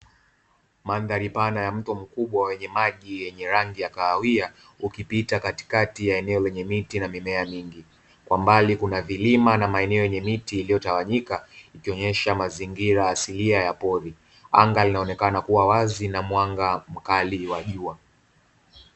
Mandhari pana ya mto mkubwa wenye maji yenye rangi ya kahawia, ukipita katikati ya eneo lenye miti na mimea mingi. Kwa mbali kuna vilima na maeneo yenye miti iliyotawanyika, ikionyesha mazingira asilia ya pori. Anga linaonekana kua wazi na mwanga mkali wa jua.